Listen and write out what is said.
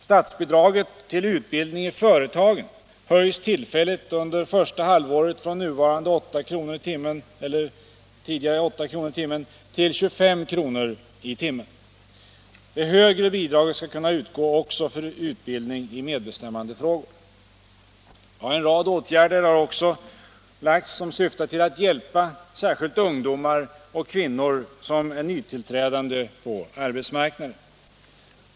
Statsbidraget till utbildning i företagen höjs tillfälligt under första halvåret från tidigare 8 kr. i timmen till 25 kr. i timmen. Det högre bidraget skall kunna utgå också för utbildning i medbestämmandefrågor. En rad åtgärder syftar till att hjälpa särskilt ungdomar och kvinnor som är nytillträdande på arbetsmarknaden.